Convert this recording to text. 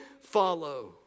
follow